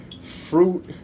fruit